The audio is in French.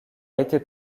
été